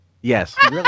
yes